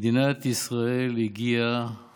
מדינת ישראל הגיעה